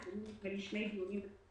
התנהלו שני דיונים בתקופה